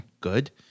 good